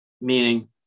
Meaning